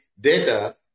data